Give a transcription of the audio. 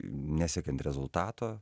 nesiekiant rezultato